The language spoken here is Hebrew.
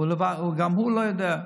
גם הוא לא יודע.